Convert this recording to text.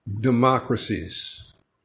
democracies